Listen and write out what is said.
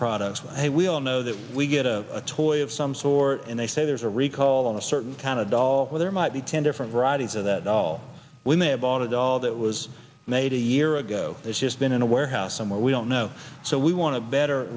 products but hey we all know that we get a toy of some sort and they say there's a recall on a certain kind of doll where there might be ten different varieties of that aisle when they bought a doll that was made a year ago it's just been in a warehouse somewhere we don't know so we want to better